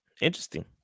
Interesting